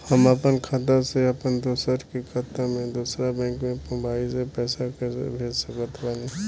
हम आपन खाता से अपना दोस्त के खाता मे दोसर बैंक मे मोबाइल से पैसा कैसे भेज सकत बानी?